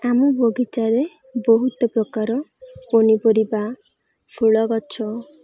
ଆମ ବଗିଚାରେ ବହୁତ ପ୍ରକାର ପନିପରିବା ଫୁଲ ଗଛ